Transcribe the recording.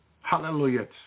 Hallelujah